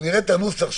ברור.